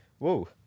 Whoa